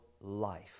life